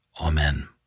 Amen